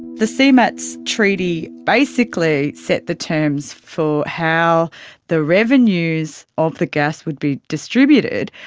the cmats treaty basically set the terms for how the revenues of the gas would be distributed,